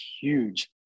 huge